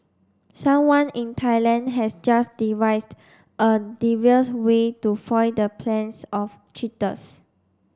someone in Thailand has just devised a devious way to foil the plans of cheaters